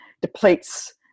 depletes